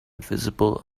visible